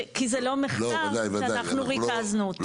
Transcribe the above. כי זה לא מחקר שאנחנו ריכזנו אותו,